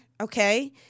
okay